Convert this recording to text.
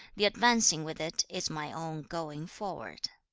the advancing with it is my own going forward